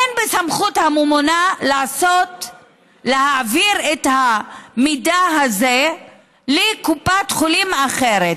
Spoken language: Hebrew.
אין בסמכות הממונה להעביר את המידע הזה לקופת חולים אחרת.